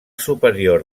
superior